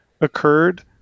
occurred